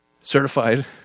certified